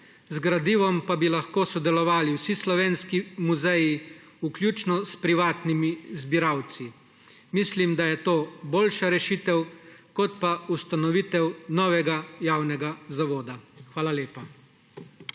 Z gradivom pa bi lahko sodelovali vsi slovenski muzeji, vključno s privatnimi zbiralci. Mislim, da je to boljša rešitev kot pa ustanovitev novega javnega zavoda. Hvala lepa.